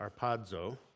Arpadzo